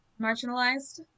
marginalized